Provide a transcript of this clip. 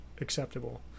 acceptable